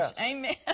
Amen